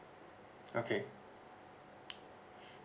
okay